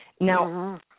Now